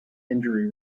injury